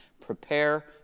prepare